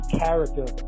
character